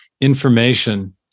information